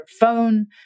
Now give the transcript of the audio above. phone